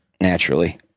naturally